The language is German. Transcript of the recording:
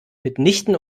mitnichten